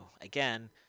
again